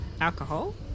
alcohol